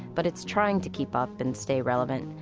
but it's trying to keep up and stay relevant.